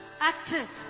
active